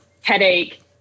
headache